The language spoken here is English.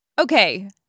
Okay